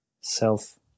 self